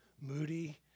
moody